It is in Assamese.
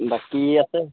বাকী আছে